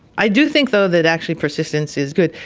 i do think though that actually persistence is good.